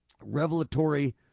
revelatory